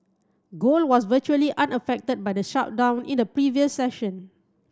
gold was virtually unaffected by the shutdown in the previous session